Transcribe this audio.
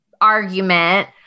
argument